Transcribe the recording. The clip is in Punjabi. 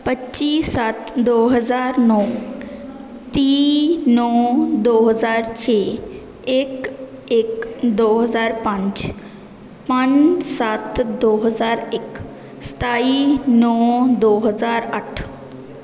ਪੱਚੀ ਸੱਤ ਦੋ ਹਜ਼ਾਰ ਨੌਂ ਤੀਹ ਨੌਂ ਦੋ ਹਜ਼ਾਰ ਛੇ ਇੱਕ ਇੱਕ ਦੋ ਹਜ਼ਾਰ ਪੰਜ ਪੰਜ ਸੱਤ ਦੋ ਹਜ਼ਾਰ ਇੱਕ ਸਤਾਈ ਨੌਂ ਦੋ ਹਜ਼ਾਰ ਅੱਠ